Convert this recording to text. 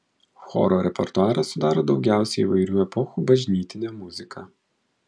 choro repertuarą sudaro daugiausiai įvairių epochų bažnytinė muzika